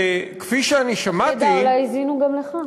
וכפי שאני שמעתי, לך תדע, אולי האזינו גם לך.